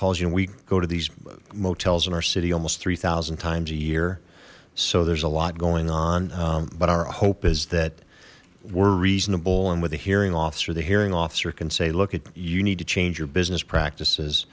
calls you know we go to these motels in our city almost three thousand times a year so there's a lot going on but our hope is that we're reasonable and with a hearing officer the hearing officer can say look it you need to change your business practices